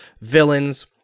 villains